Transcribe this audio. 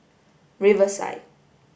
riverside